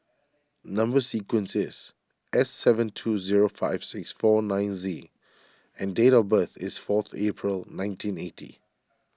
Number Sequence is S seven two zero five six four nine Z and date of birth is fourth April nineteen eighty